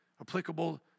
applicable